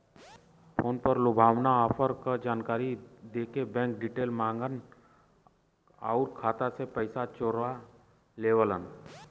phone पर लुभावना offer क जानकारी देके बैंक डिटेल माँगन आउर खाता से पैसा चोरा लेवलन